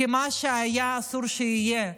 כי מה שהיה אסור שיהיה,